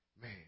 Man